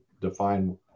define